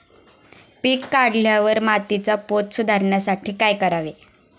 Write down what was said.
पीक काढल्यावर मातीचा पोत सुधारण्यासाठी काय करावे?